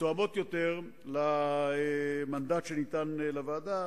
שתואמות יותר את המנדט שניתן לוועדה.